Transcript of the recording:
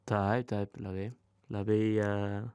taip taip labai labai